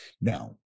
Now